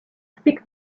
speak